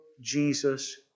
Jesus